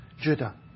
Judah